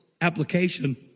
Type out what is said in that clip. application